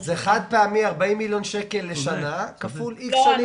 זה חד פעמי 40 מיליון שקל לשנה כפול איקס שנים.